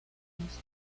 meses